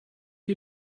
you